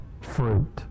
fruit